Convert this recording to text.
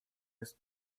jest